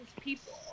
people